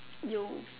yo